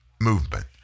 movement